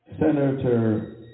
Senator